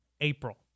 April